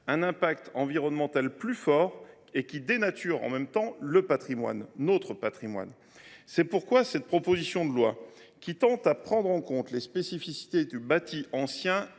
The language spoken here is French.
un impact environnemental fort et qui dénaturent notre patrimoine. C’est pourquoi cette proposition de loi, qui tend à prendre en compte les spécificités du bâti ancien,